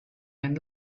man